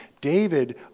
David